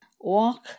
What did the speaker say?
Walk